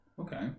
Okay